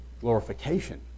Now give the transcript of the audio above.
glorification